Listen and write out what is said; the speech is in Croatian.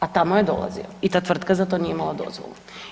A tamo je dolazi i ta tvrtka za to nije imala dozvolu.